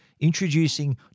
Introducing